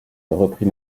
reprit